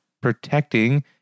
protecting